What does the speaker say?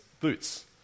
boots